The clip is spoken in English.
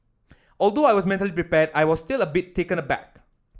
although I was mentally prepared I was still a bit taken aback